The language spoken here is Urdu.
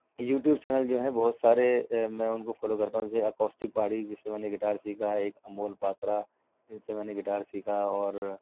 یوٹیوب چینل جو ہے بہت سارے میں اُن کو فالو کرتا ہوں جیسے اکوسٹک پہاڑی جس سے میں نے گِٹار سیکھا ایک امول پاترا جس سے میں نے گِٹار سیکھا اور